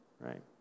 right